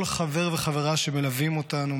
כל חבר וחברה שמלווים אותנו,